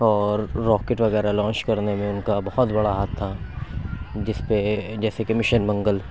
اور راکٹ وغیرہ لانچ کرنے میں ان کا بہت بڑا ہاتھ تھا جس پہ جیسے کہ مشن منگل